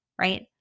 right